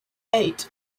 eight